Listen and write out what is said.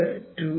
ഇത് 2X